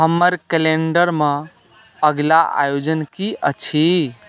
हमर कैलण्डरमे अगिला आयोजन की अछि